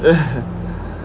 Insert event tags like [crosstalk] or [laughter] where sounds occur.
[laughs]